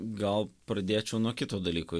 gal pradėčiau nuo kito dalyko